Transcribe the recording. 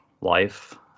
life